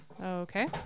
Okay